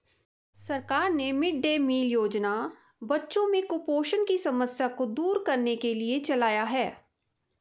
सरकार ने mid day meal योजना बच्चों में कुपोषण की समस्या को दूर करने के लिए चलाया है